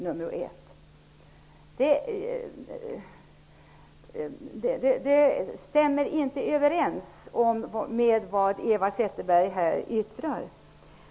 Det stämmer inte överens med vad Eva Zetterberg här yttrar.